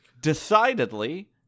decidedly